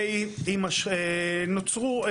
ונוצרו,